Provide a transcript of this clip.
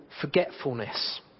forgetfulness